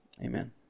Amen